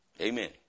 Amen